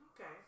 Okay